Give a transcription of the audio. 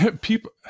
people